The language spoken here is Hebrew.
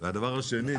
והדבר השני,